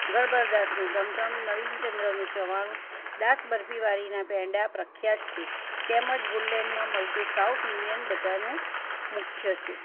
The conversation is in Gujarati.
ગડબડદાસનું ટમટમ નવીનચંદ્રનું ચવાણું દાસ બરફી વાડીના પેંડા પ્રખ્યાત છે તેમજ વૂડલેન્ડમાં મળતું સાઉથ ઇંડિયન બધાંનું મુખ્ય છે